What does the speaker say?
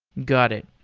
got it.